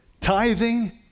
tithing